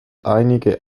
einige